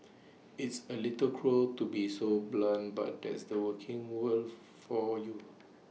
it's A little cruel to be so blunt but that's the working world for you